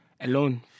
alone